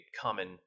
common